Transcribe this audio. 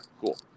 cool